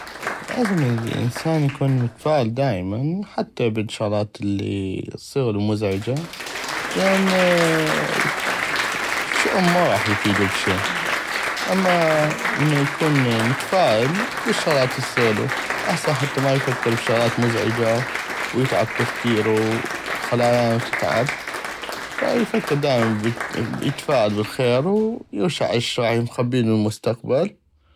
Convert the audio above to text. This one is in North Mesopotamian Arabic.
لازم الانسان يكون متفائل دائمن حتى بل الشغلات الي اصيغلو مزعجة لان الشئم ما غاح يفيدو بشي اما انو اكون متفائل بل الشغلات التصيغلو احست حتى ما يفكر بل الشغلات المزعجة ويتعب تفكيرو خلايانو تتعب فيفكر دائمن يتفائل بل الخير يغشع اش مخبيلو المستقبل.